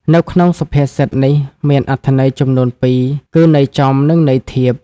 នៅក្នុងសុភាសិតនេះមានអត្ថន័យចំនួនពីរគឺ ន័យចំនិងន័យធៀប ។